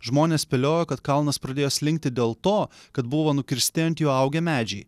žmonės spėlioja kad kalnas pradėjo slinkti dėl to kad buvo nukirsti ant jo augę medžiai